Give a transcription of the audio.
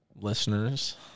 Listeners